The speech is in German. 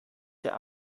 der